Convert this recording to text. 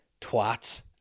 twats